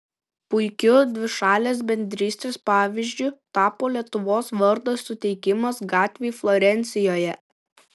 puikiu dvišalės bendrystės pavyzdžiu tapo lietuvos vardo suteikimas gatvei florencijoje